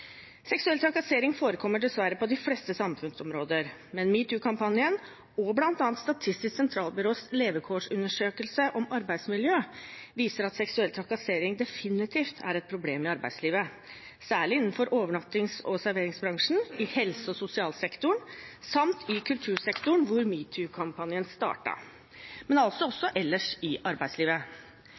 Seksuell trakassering forekommer dessverre på de fleste samfunnsområder, men metoo-kampanjen og bl.a. Statistisk sentralbyrås levekårsundersøkelse om arbeidsmiljø viser at seksuell trakassering definitivt er et problem i arbeidslivet – særlig innenfor overnattings- og serveringsbransjen, i helse- og sosialsektoren samt i kultursektoren, hvor metoo-kampanjen startet, men også ellers i arbeidslivet.